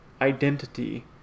identity